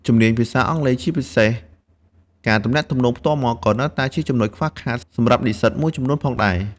ជំនាញភាសាអង់គ្លេស ជាពិសេសការទំនាក់ទំនងផ្ទាល់មាត់ ក៏នៅតែជាចំណុចខ្វះខាតសម្រាប់និស្សិតមួយចំនួនផងដែរ។